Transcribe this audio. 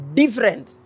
different